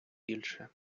більше